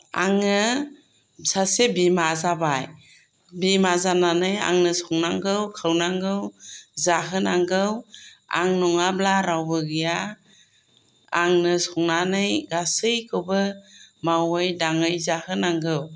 आङो सासे बिमा जाबाय बिमा जानानै आंनो संनागौ खावनांगौ जाहोनांगौ आं नङाब्ला रावबो गैया आंनो संनानै गासैखौबो मावै दाङै जाहोनांगौ